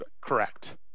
correct